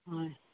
হয়